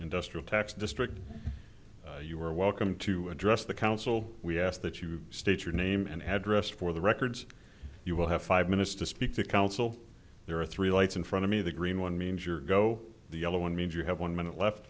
industrial tax district you are welcome to address the council we ask that you state your name and address for the records you will have five minutes to speak to council there are three lights in front of me the green one means your go the other one means you have one minute left